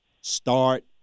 start